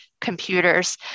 computers